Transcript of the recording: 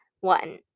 One